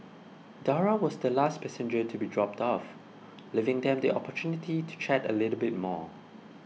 Dora was the last passenger to be dropped off leaving them the opportunity to chat a little bit more